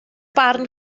barn